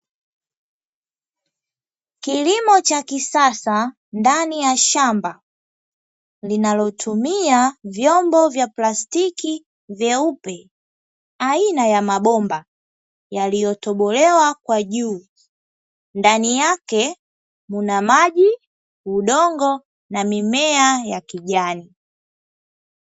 Kilimo cha kisasa ndani ya shamba linalotumia vyombo vya plastiki vyeupe aina ya mabomba yaliyotobolewa kwa juu ndani yake muna maji, udongo na mimea ya kijani.